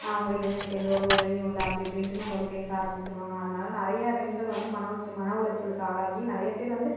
உங்க வீட்டிலேருந்து எந்த ஒரு உதவியும் இல்லை அப்படி இப்படின்ட்டுனு சொல்லி பேச ஆரம்பித்திருவாங்க அதனால நிறைய பெண்கள் வந்து மன உள மன உளச்சலுக்கு ஆளாகி நிறைய பேர் வந்து